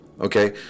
Okay